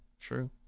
True